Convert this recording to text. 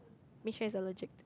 Michelle is allergic